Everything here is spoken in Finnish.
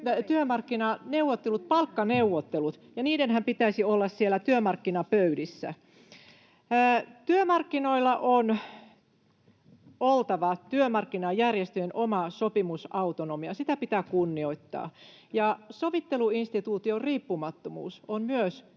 työmarkkinaneuvottelut, palkkaneuvottelut, ja niidenhän pitäisi olla siellä työmarkkinapöydissä. Työmarkkinoilla on oltava työmarkkinajärjestöjen omaa sopimusautonomiaa. Sitä pitää kunnioittaa. Myös sovitteluinstituution riippumattomuus on yksi niitä